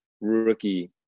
rookie